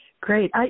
Great